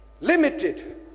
Limited